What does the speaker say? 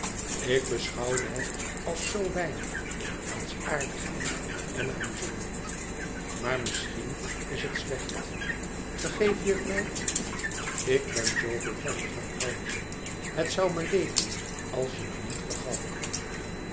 ik beschouwde het als zoo weinig als aardigheid en amuzement maar misschien is het slecht vergeef je het mij ik ben zooveel van je gaan houden het zoû me leed doen als je me niet vergaf